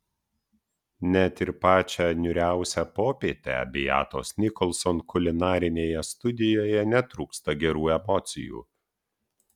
net ir pačią niūriausią popietę beatos nicholson kulinarinėje studijoje netrūksta gerų emocijų